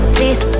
Please